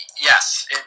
Yes